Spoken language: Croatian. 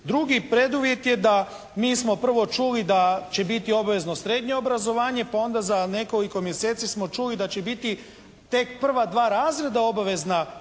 Drugi preduvjet je da mi smo prvo čuli da će biti obavezno srednje obrazovanje pa onda za nekoliko mjeseci smo čuli da će biti tek prva dva razreda obavezna u